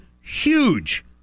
huge